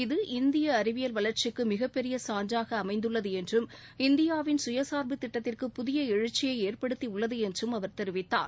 இது இந்திய அறிவியல் வளர்ச்சிக்கு மிகப்பெரிய சான்றாக அமைந்துள்ளது என்றும் இந்தியாவின் சுயசார்பு திட்டத்திற்கு புதிய எழுச்சியை ஏற்படுத்தி உள்ளது என்றும் அவர் தெரிவித்தார்